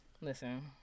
listen